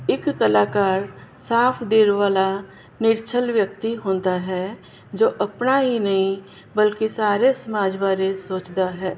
ਇੱਕ ਕਲਾਕਾਰ ਸਾਫ ਦਿਲ ਵਾਲਾ ਨਿਰਛਲ ਵਿਅਕਤੀ ਹੁੰਦਾ ਹੈ ਜੋ ਆਪਣਾ ਹੀ ਨਹੀਂ ਬਲਕਿ ਸਾਰੇ ਸਮਾਜ ਬਾਰੇ ਸੋਚਦਾ ਹੈ